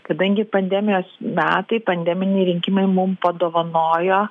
kadangi pandemijos metai pandeminiai rinkimai mum padovanojo